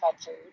food